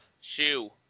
shoe